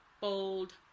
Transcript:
Bold